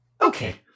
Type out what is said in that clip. Okay